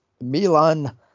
Milan